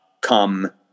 come